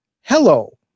Hello